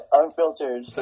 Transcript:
unfiltered